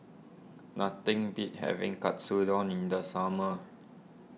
nothing beats having Katsudon in the summer